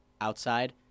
outside